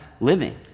living